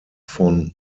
von